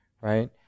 Right